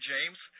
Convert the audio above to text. James